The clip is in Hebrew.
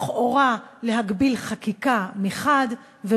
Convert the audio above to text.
לכאורה להגביל חקיקה מחד גיסא,